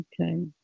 Okay